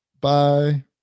Bye